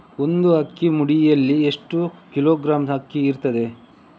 ಒಂದು ಅಕ್ಕಿಯ ಮುಡಿಯಲ್ಲಿ ಎಷ್ಟು ಕಿಲೋಗ್ರಾಂ ಅಕ್ಕಿ ಇರ್ತದೆ?